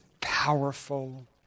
powerful